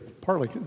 Partly